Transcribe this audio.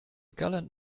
gallant